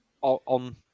on